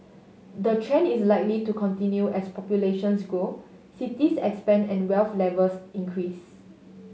the trend is likely to continue as populations grow cities expand and wealth levels increase